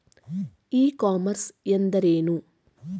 E commerce ಎಂದರೆ ಏನು?